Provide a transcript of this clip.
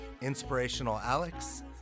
InspirationalAlex